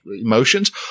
emotions